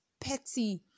petty